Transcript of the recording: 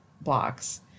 blocks